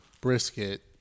brisket